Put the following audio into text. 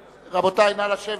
רבותי, נא לשבת.